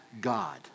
God